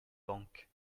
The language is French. banques